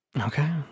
Okay